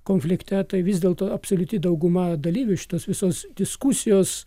konflikte tai vis dėlto absoliuti dauguma dalyvių iš šitos visos diskusijos